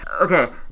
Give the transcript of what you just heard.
Okay